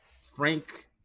Frank